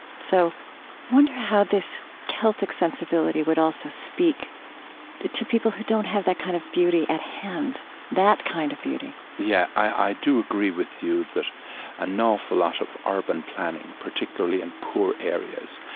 so i wonder how this celtic sensibility would also speak to people who don't have that kind of beauty at hand that kind of beauty yeah, i do agree with you that ah an awful lot of urban planning, particularly in poor areas,